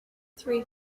three